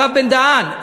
הרב בן-דהן,